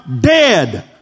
dead